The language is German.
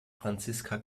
franziska